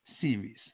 series